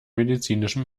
medizinischem